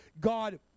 God